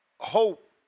hope